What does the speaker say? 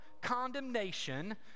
condemnation